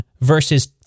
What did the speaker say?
verses